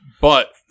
But-